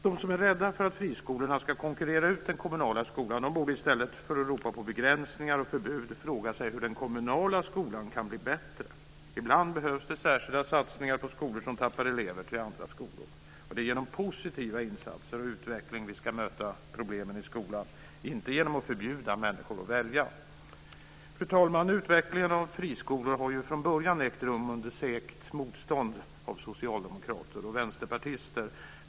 De som är rädda för att friskolorna ska konkurrera ut den kommunala skolan borde i stället för att ropa på begränsningar och förbud fråga sig hur den kommunala skolan kan bli bättre. Ibland behövs det särskilda satsningar på skolor som tappar elever till andra skolor. Men det är genom positiva insatser och positiv utveckling som vi ska möta problemen i skolan, inte genom att förbjuda människor att välja. Fru talman! Utvecklingen av friskolor har ju från börjat ägt rum under segt motstånd av socialdemokrater och vänsterpartister.